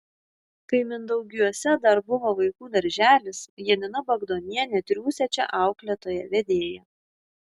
kai mindaugiuose dar buvo vaikų darželis janina bagdonienė triūsė čia auklėtoja vedėja